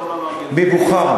מבוכרה.